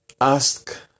ask